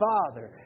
Father